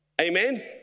Amen